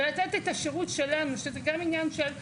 ולתת את השירות שלנו שזה גם עניין של הכשרה,